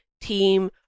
team